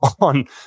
on